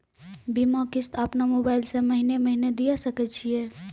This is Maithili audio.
बीमा किस्त अपनो मोबाइल से महीने महीने दिए सकय छियै?